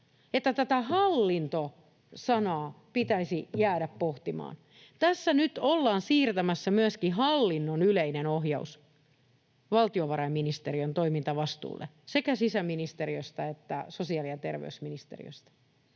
että tätä hallinto-sanaa olisi pitänyt jäädä pohtimaan. Tässä nyt ollaan siirtämässä myöskin hallinnon yleinen ohjaus valtiovarainministeriön toimintavastuulle sekä sisäministeriöstä että sosiaali‑ ja terveysministeriöstä.